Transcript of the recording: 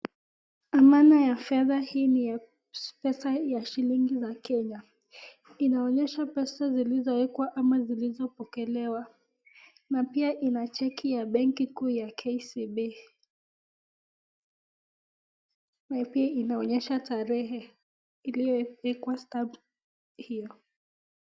Thamana ya pesa hii ni ya pesa ya shilingi ya Kenya. Inaonyesha pesa zilizo wekwa ana zilizo pokelewa na pia Ina cheki ya Benki kuu ya KCB na pia inaonyesha tarehe iliyo pikwa stampu hiyo.